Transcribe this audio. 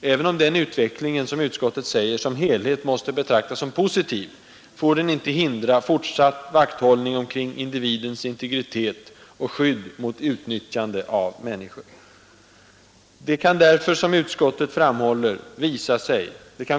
Även om den utvecklingen — som utskottet säger — som helhet måste betraktas som positiv, får den inte hindra fortsatt vakthållning kring individens integritet och skydd mot utnyttjande av människor. Det kan därför, som utskottet framhåller,